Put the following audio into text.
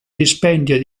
dispendio